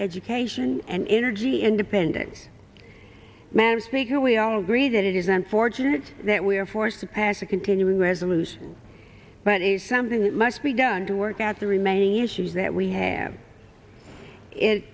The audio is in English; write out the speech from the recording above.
education and energy independence madam speaker we all agree that it is unfortunate that we are forced to pass a continuing resolution but it is something that must be done to that the remaining issues that we have it